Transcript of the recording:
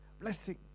blessing